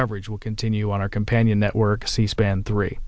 coverage will continue on our companion network c span three